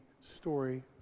story